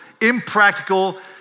impractical